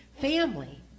family